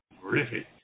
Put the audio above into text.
Griffith